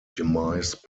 demise